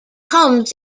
comes